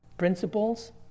principles